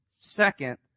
Second